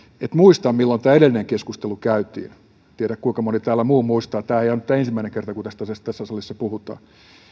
että muistan milloin tämä edellinen keskustelu käytiin en tiedä kuinka moni muu täällä muistaa tämä ei ole nimittäin ensimmäinen kerta kun tästä asiasta tässä salissa puhutaan